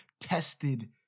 tested